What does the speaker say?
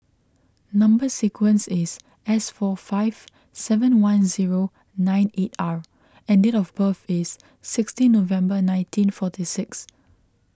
Number Sequence is S four five seven one zero nine eight R and date of birth is sixteen November nineteen forty six